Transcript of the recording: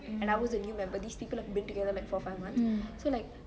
and I was a new member these people have been together for like five months